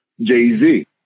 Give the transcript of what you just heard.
jay-z